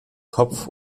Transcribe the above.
kopf